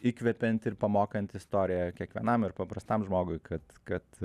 įkvepianti ir pamokanti istorija kiekvienam ir paprastam žmogui kad kad